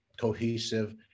cohesive